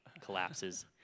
collapses